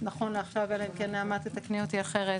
נכון לעכשיו אלא אם כן, נעמה, תתקני אותי, אחרת